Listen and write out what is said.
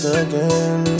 again